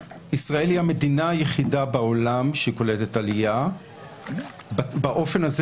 ישראל היא המדינה היחידה בעולם שהיא קולטת עלייה באופן הזה,